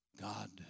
God